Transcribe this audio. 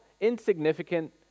insignificant